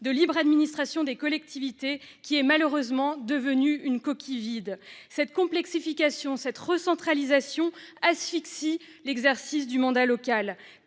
de libre administration des collectivités locales, qui est malheureusement devenu une coquille vide. Cette complexification et cette recentralisation asphyxient l'exercice du mandat local.